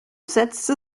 setzte